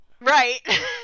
right